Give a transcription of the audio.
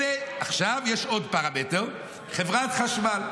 עכשיו יש עוד פרמטר, חברת החשמל.